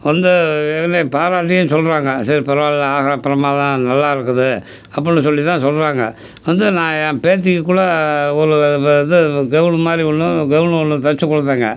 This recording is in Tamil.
வந்து என்னை பாராட்டியும் சொல்கிறாங்க சரி பரவாயில்ல ஆஹா பிரமாதம் நல்லா இருக்குது அப்புடின்னு சொல்லி தான் சொல்கிறாங்க வந்து நான் என் பேத்திக்கு கூட ஒரு ப இது கவுன் மாதிரி ஒன்று கவுனு ஒன்று தைச்சு குடுத்தேங்க